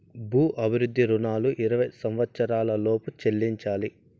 భూ అభివృద్ధి రుణాలు ఇరవై సంవచ్చరాల లోపు చెల్లించాలి